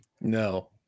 No